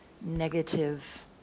negative